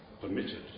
permitted